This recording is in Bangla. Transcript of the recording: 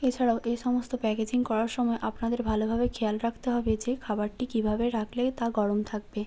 এছাড়াও এই সমস্ত প্যাকেজিং করার সময় আপনাদের ভালোভাবে খেয়াল রাখতে হবে যে খাবারটি কীভাবে রাখলে তা গরম থাকবে